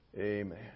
Amen